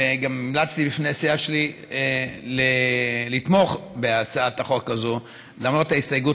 וגם המלצתי בפני הסיעה שלי לתמוך בהצעת החוק הזאת למרות ההסתייגות